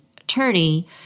attorney